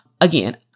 Again